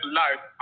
life